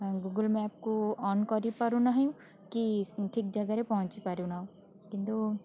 Google map କୁ on କରିପାରୁନାହିଁ କି ଠିକ୍ ଜାଗାରେ ପହଞ୍ଚିପାରୁ ନାହୁଁ କିନ୍ତୁ